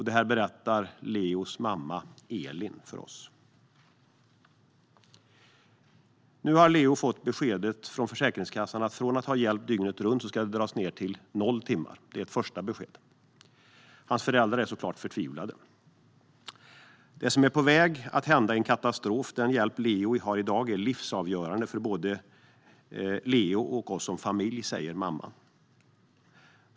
Detta har Leos mamma Elin berättat för oss. Nu har Leo fått beskedet från Försäkringskassan att från hjälp dygnet runt ska timmarna dras ned till noll. Det är ett första besked. Hans föräldrar är såklart förtvivlade. Det som är på väg att hända är en katastrof. Mamman säger att den hjälp som Leo har i dag är livsavgörande både för honom och för dem som familj.